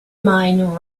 mind